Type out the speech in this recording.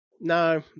No